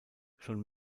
schon